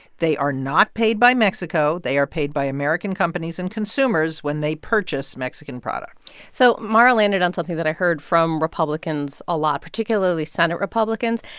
they are not paid by mexico. they are paid by american companies and consumers when they purchase mexican products so mara landed on something that i heard from republicans a lot, particularly senate republicans,